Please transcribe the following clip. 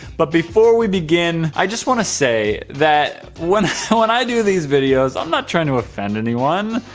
but before we begin i just want to say that when. when i do these videos. i'm not trying to offend anyone.